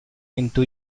into